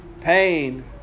pain